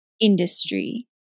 industry